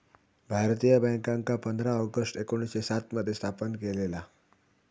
भारतीय बॅन्कांका पंधरा ऑगस्ट एकोणीसशे सात मध्ये स्थापन केलेला